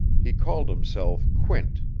he called himself quint.